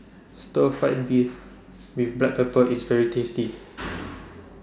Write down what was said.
Stir Fried Beef with Black Pepper IS very tasty